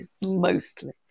mostly